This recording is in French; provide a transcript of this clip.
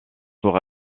pour